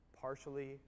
Partially